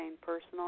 personal